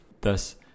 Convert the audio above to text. Thus